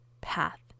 path